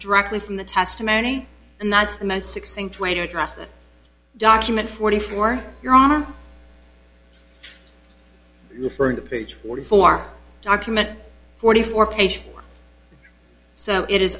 directly from the testimony and that's the most succinct way to address that document forty four your honor referring to page forty four document forty four page so it is